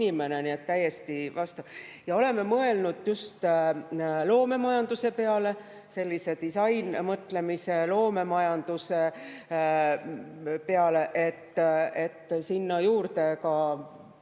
Me oleme mõelnud just loomemajanduse peale, sellise disainmõtlemise, loomemajanduse peale, et anda sinna juurde ka,